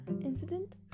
incident